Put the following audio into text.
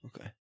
Okay